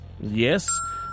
Yes